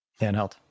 Handheld